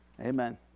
Amen